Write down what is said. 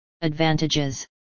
Advantages